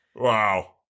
Wow